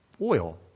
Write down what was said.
Oil